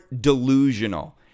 delusional